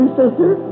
sister